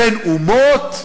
בין אומות.